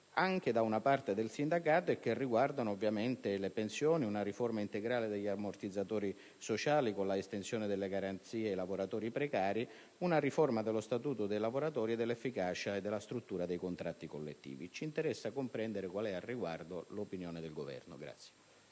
anche da una parte del sindacato, riguardanti ovviamente le pensioni; una riforma integrale degli ammortizzatori sociali, con l'estensione delle garanzie ai lavoratori precari; una riforma dello Statuto dei lavoratori, nonché dell'efficacia e della struttura dei contratti collettivi. Ci interessa comprendere qual è al riguardo l'opinione del Governo.